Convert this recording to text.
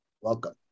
Welcome